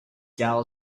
gal